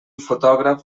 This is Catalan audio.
fotògraf